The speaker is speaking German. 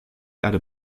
erde